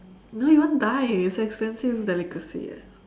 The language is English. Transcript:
no you won't die it's expensive delicacy eh